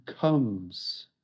comes